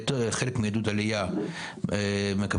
כחלק מעידוד עלייה מקבלים,